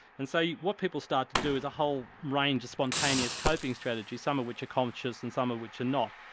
and so what people start to do is a whole range of spontaneous coping strategies some of which are conscious and some of which are not.